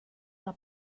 alla